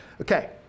Okay